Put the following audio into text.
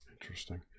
Interesting